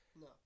No